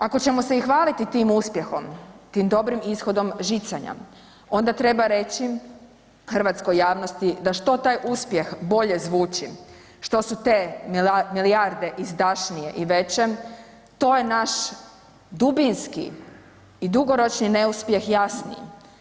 Ako ćemo se i hvaliti tim uspjehom, tim dobrim ishodom žicanja, onda treba reći hrvatskoj javnosti da što taj uspjeh bolje zvuči, što su te milijarde izdašnije i veće, to je naš dubinski i dugoročni neuspjeh jasniji.